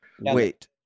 wait